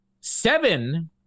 seven